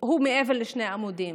הוא מעבר לשני עמודים.